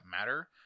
matter